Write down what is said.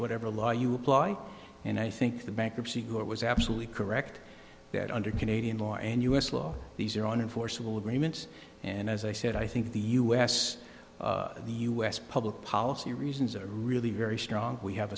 whatever law you apply and i think the bankruptcy court was absolutely correct that under canadian law and u s law these are on enforceable agreements and as i said i think the u s the u s public policy reasons are really very strong we have